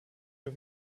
nur